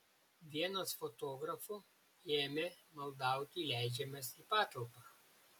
vienas fotografų ėmė maldauti įleidžiamas į patalpą